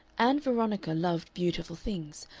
ann veronica loved beautiful things,